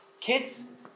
kids